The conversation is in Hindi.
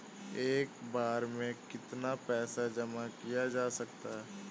एक बार में कितना पैसा जमा किया जा सकता है?